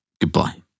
Goodbye